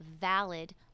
valid